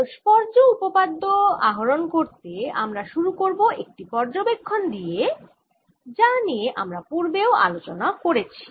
পারস্পর্য্য উপপাদ্য আহরণ করতে আমরা শুরু করব একটি পর্যবেক্ষণ দিয়ে যা নিয়ে আমরা পূর্বে আলোচনা করেছি